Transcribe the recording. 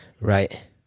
Right